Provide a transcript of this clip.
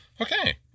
Okay